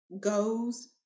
goes